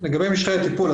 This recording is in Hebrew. לגבי משכי הטיפול,